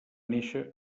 néixer